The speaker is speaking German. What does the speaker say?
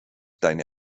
deine